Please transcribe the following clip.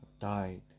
died